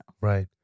Right